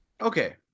okay